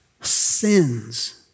sins